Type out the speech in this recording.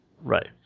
Right